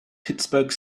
pittsburgh